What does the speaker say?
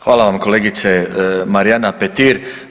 Hvala vam kolegice Marijana Petir.